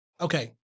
Okay